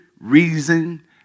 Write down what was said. reason